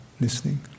listening